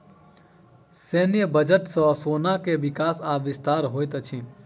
सैन्य बजट सॅ सेना के विकास आ विस्तार होइत अछि